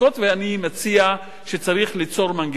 ואני מציע ליצור מנגנון,